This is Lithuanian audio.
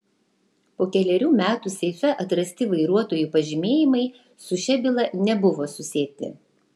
po kelerių metų seife atrasti vairuotojų pažymėjimai su šia byla nebuvo susieti